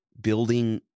building